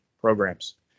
programs